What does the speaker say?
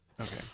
Okay